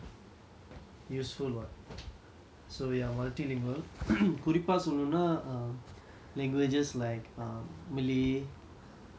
so ya multilingual குறிப்பா சொல்லனும்னா:kuripa sollanumna err languages like err malay and arabic all